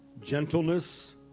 gentleness